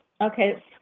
Okay